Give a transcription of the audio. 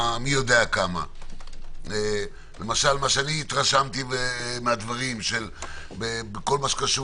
ומה שאני התרשמתי מהדברים בכל מה שקשור